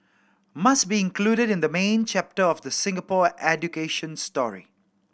must be included in the main chapter of the Singapore education story